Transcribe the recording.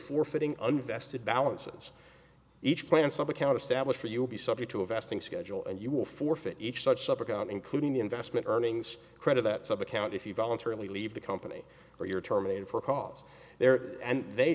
forfeiting unvested balances each plan some account established for you will be subject to investing schedule and you will forfeit each such including the investment earnings credit that sub account if you voluntarily leave the company or your terminated for cause there and they